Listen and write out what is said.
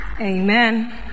Amen